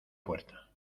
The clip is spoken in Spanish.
puerta